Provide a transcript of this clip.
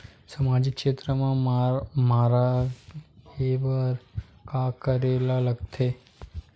सामाजिक क्षेत्र मा रा हे बार का करे ला लग थे